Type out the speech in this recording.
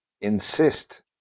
insist